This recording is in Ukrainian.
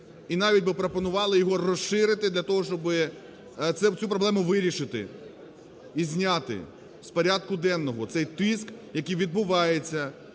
і навіть би пропонували його розширити для того, щоби цю проблему вирішити і зняти з порядку денного, цей тиск, який відбувається